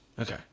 Okay